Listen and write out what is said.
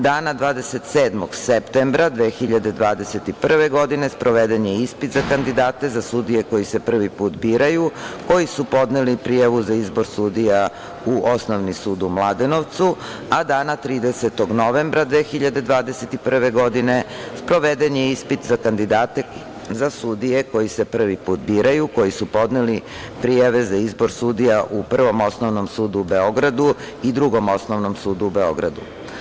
Dana, 27. septembra 2021. godine sproveden je ispit za kandidate za sudije koji se prvi put biraju, koji su podneli prijavu za izbor sudija u Osnovni sud u Mladenovcu, a dana 30. novembra 2021. godine sproveden je ispit za kandidate za sudije koji se prvi put biraju, koji su podneli prijave za izbor sudija u Prvom osnovnom sudu u Beogradu i Drugom osnovnom sudu u Beogradu.